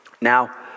Now